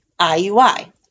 IUI